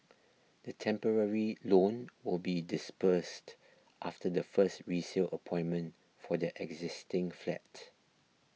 the temporary loan will be disbursed after the first resale appointment for their existing flat